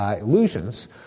illusions